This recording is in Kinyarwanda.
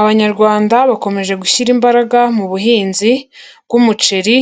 Abanyarwanda bakomeje gushyira imbaraga mu buhinzi bw'umuceri,